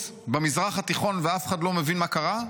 במזרח התיכון ואף אחד לא מבין מה קרה,